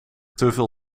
teveel